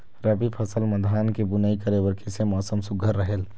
रबी फसल म धान के बुनई करे बर किसे मौसम सुघ्घर रहेल?